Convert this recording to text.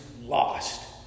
lost